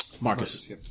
Marcus